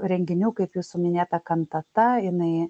renginių kaip jūsų minėta kantata jinai